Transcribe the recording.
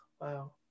wow